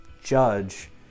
judge